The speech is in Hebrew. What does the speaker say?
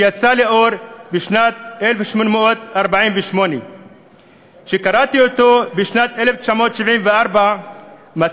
שיצא לאור בשנת 1848. כשקראתי אותו בשנת 1974 מצאתי